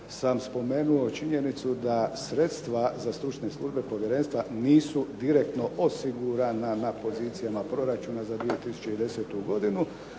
sam spomenuo činjenicu da sredstava za stručne službe povjerenstva nisu direktno osigurana na pozicijama proračuna za 2010. godinu,